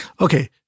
Okay